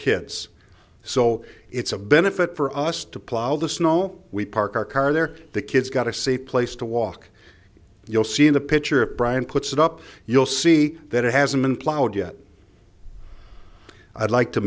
kids so it's a benefit for us to plow the snow we park our car there the kids got a safe place to walk you'll see in the picture of bryan puts it up you'll see that it hasn't been plowed yet i'd like to